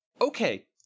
okay